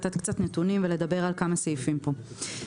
לתת נתונים ולדבר על כמה סעיפים פה.